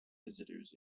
visitors